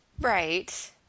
Right